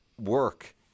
work